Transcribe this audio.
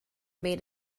made